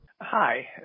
Hi